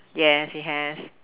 yes he has